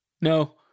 No